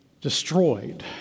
destroyed